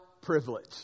privilege